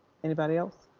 anybody else?